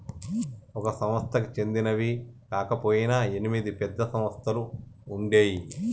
ఒక సంస్థకి చెందినవి కాకపొయినా ఎనిమిది పెద్ద సంస్థలుగా ఉండేయ్యి